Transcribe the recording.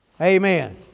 Amen